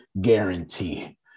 guarantee